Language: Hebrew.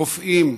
רופאים,